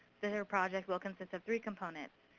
their project will consist of three components.